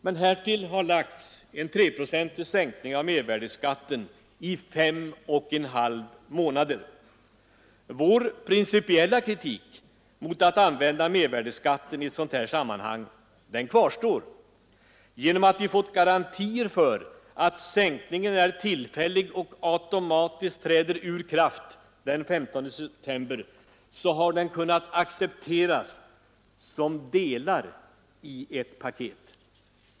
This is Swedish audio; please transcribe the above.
Men härtill har lagts en 3-procentig sänkning av mervärdeskatten i fem och en halv månader. Vår principiella kritik mot att använda mervärdeskatten i ett sådant här sammanhang kvarstår. Genom att vi fått garantier för att sänkningen är tillfällig och automatiskt träder ur kraft den 15 september har den kunnat accepteras som en del i ett paket.